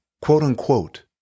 quote-unquote